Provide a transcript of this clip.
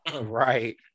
right